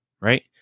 right